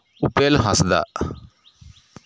ᱩᱯᱮᱞ ᱦᱟᱸᱥᱫᱟ